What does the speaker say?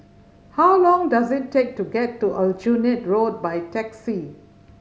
how long does it take to get to Aljunied Road by taxi